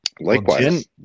Likewise